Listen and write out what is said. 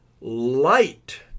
light